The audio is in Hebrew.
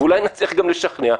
ואולי נצליח גם לשכנע,